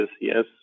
Yes